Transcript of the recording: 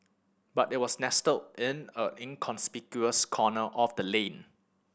but it was nestled in a inconspicuous corner of the lane